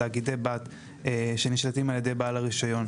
תאגידי בנק שנשלטים על ידי בעל הרישיון,